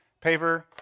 paver